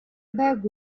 bug